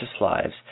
lives